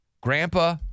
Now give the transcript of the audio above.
Grandpa